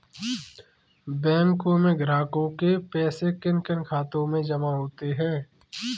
बैंकों में ग्राहकों के पैसे किन किन खातों में जमा होते हैं?